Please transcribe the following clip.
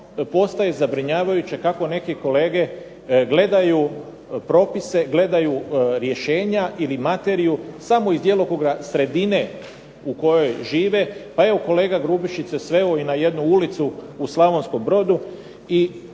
postaje zabrinjavajuće kako neki kolege gledaju propise, gledaju rješenja ili materiju samo iz djelokruga sredine u kojoj žive. Pa evo kolega Grubišić se sveo na jednu ulicu u Slavonskom Brodu i